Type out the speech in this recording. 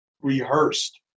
rehearsed